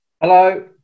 Hello